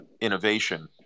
innovation